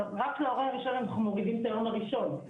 רק להורה הראשון אנחנו מורידים את היום הראשון,